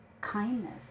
kindness